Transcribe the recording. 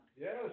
Yes